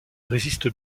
résiste